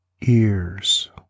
ears